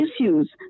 issues